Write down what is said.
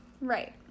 right